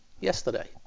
Yesterday